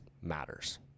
matters